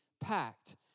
packed